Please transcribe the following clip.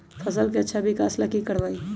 फसल के अच्छा विकास ला की करवाई?